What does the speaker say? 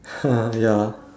ya